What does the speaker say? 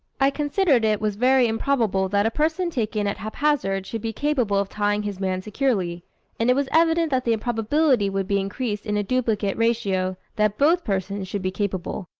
i considered it was very improbable that a person taken at hap-hazard should be capable of tying his man securely and it was evident that the improbability would be increased in a duplicate ratio, that both persons should be capable.